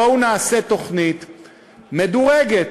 בואו נעשה תוכנית מדורגת,